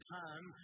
time